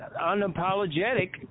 unapologetic